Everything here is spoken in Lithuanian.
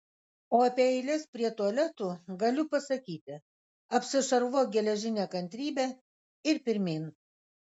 o apie eiles prie tualetų galiu pasakyti apsišarvuok geležine kantrybe ir pirmyn